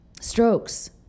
strokes